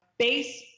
base